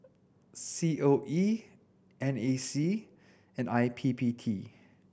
C O E N A C and I P P T